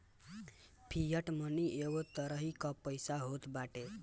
fiat money एगो तरही कअ पईसा होत बाटे